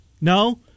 No